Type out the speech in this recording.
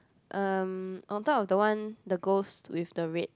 um on top of the one the ghost with the red